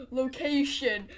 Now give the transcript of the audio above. location